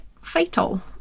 fatal